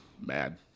mad